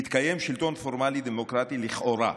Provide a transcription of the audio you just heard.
מתקיים שלטון פורמלי דמוקרטי לכאורה,